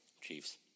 Chiefs